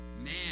man